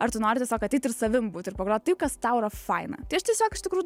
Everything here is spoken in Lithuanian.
ar tu nori tiesiog ateit ir savim būt ir pagrot kas tau yra faina tai aš tiesiog iš tikrųjų